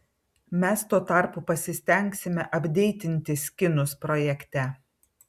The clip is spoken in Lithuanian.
mes tuo tarpu pasistengsime apdeitinti skinus projekte